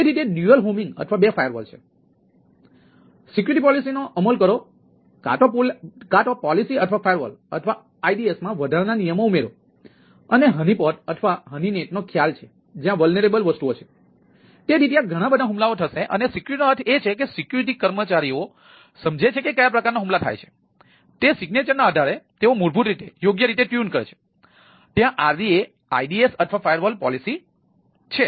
તેથી સિક્યુરિટી પોલિસીનો અમલ કરો કાં તો પોલિસી અથવા ફાયરવોલ અથવા આઇડીમાં વધારાના નિયમો ઉમેરો અથવા હનીપોટ પોલિસી છે